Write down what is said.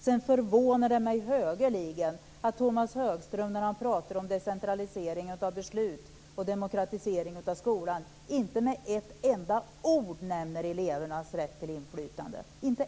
Det förvånar mig högeligen att Tomas Högström, när han pratar om decentraliseringen av beslut och demokratiseringen av skolan, inte med ett enda ord nämner elevernas rätt till inflytande. Varför?